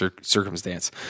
circumstance